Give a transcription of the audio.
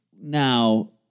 now